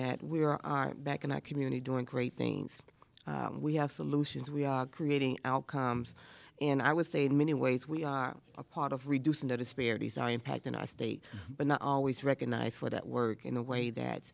that we are back in our community doing great things we have solutions we are creating outcomes and i would say in many ways we are a part of reducing the disparities our impact in our state but not always recognized for that work in a way that